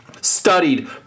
studied